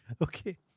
Okay